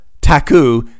Taku